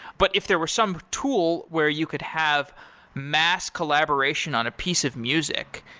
but if there were some tool where you could have mass collaboration on a piece of music,